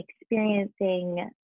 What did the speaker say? experiencing